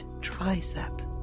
triceps